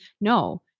no